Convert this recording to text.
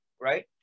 right